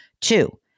Two